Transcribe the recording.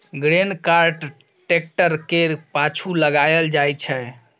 grain cart tractor केर पाछु लगाएल जाइ छै